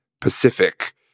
Pacific